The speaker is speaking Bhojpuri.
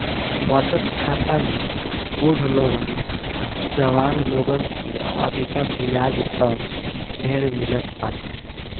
बचत खाता में बुढ़ लोगन जवान लोगन से अधिका बियाज दर ढेर मिलत बाटे